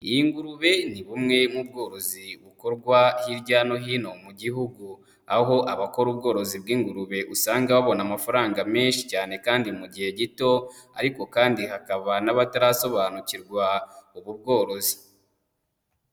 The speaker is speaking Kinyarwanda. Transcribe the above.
Ingurube ni bumwe mu bworozi bukorwa hirya no hino mu Gihugu. Aho abakora ubworozi bw'ingurube usanga babona amafaranga menshi cyane kandi mu gihe gito, ariko kandi hakabana n'abatarasobanukirwa ubu bworozi.